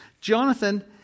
Jonathan